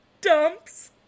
dumps